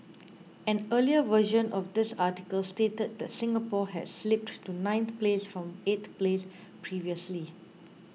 an earlier version of this article stated that Singapore had slipped to ninth place from eighth place previously